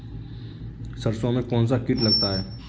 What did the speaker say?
सरसों में कौनसा कीट लगता है?